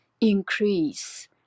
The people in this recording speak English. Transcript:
increase